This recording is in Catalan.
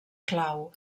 clau